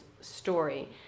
story